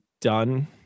done